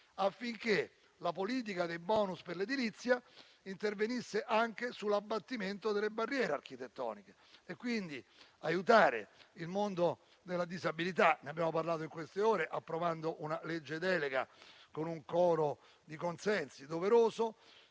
affinché la politica dei *bonus* per l'edilizia intervenisse anche sull'abbattimento delle barriere architettoniche, aiutando il mondo della disabilità, di cui abbiamo parlato in queste ore approvando una legge delega con un coro di consensi doveroso,